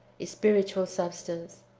is spiritual substance.